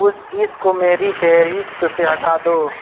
اس چیز کو میری فہرست سے ہٹا دو